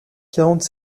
quarante